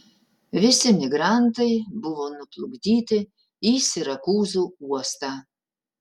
visi migrantai buvo nuplukdyti į sirakūzų uostą